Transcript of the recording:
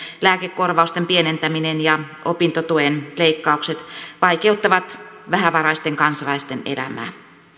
lääkekorvausten pienentäminen ja opintotuen leikkaukset vaikeuttavat vähävaraisten kansalaisten elämää